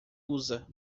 usa